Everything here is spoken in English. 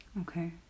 Okay